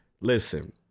listen